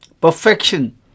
perfection